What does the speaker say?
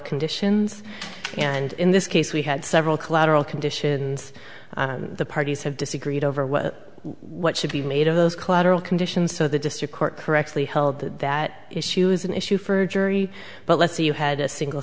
conditions and in this case we had several collateral conditions the parties have disagreed over what should be made of those collateral conditions so the district court correctly held that that issue is an issue for jury but let's say you had a single